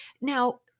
Now